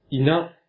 enough